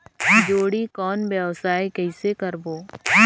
जोणी कौन व्यवसाय कइसे करबो?